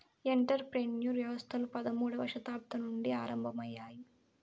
enter ప్రెన్యూర్ వ్యవస్థలు పదమూడవ శతాబ్దం నుండి ఆరంభమయ్యాయి